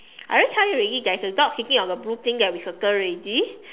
I already tell you already there is a dog sitting on the blue thing that we circle ready